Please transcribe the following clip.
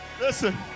Listen